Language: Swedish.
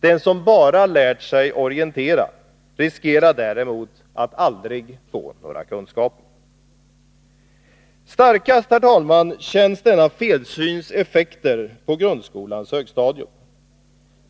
Den som bara lärt sig orientera riskerar däremot att aldrig få några kunskaper. Starkast, herr talman, känns denna felsyns effekter på grundskolans högstadium.